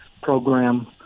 program